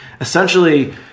essentially